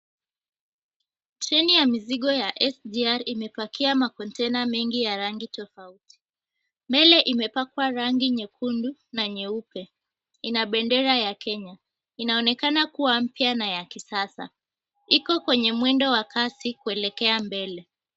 Treni ya mizigo ya SGR imepakia makontena mengi ya rangi tofauti. Mbele imepakwa rangi nyekundu na nyeupe. Ina bendera ya Kenya, inaonekana kuwa mpya na ya kisasa. Iko kwenye mwendo wa kasi kuelekea mbele.